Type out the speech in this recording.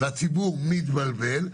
והציבור מתבלבל.